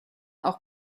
auch